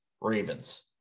Ravens